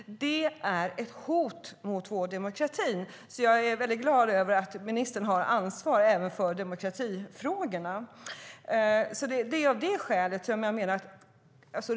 Det är ett hot mot vår demokrati. Jag är väldigt glad över att ministern har ansvar även för demokratifrågorna.